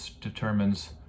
determines